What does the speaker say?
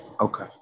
Okay